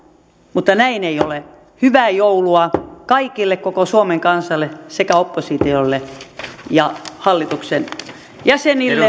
mutta näin ei ole hyvää joulua kaikille koko suomen kansalle sekä oppositiolle ja hallituksen jäsenille